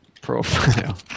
profile